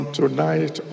tonight